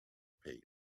paid